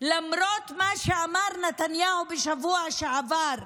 למרות מה שאמר נתניהו בשבוע שעבר,